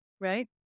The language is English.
right